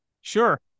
sure